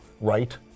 right